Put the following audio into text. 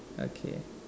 okay